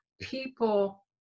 people